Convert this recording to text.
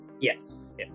yes